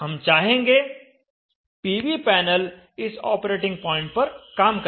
हम चाहेंगे PV panel इस ऑपरेटिंग पॉइंट पर काम करे